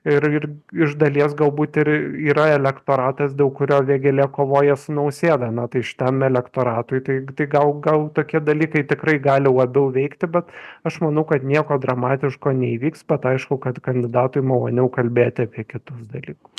ir ir iš dalies galbūt ir yra elektoratas dėl kurio vėgėlė kovoja su nausėda na tai šitam elektoratui tai tai gal gal tokie dalykai tikrai gali labiau veikti bet aš manau kad nieko dramatiško neįvyks bet aišku kad kandidatui maloniau kalbėti apie kitus dalykus